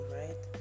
right